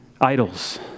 Idols